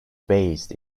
based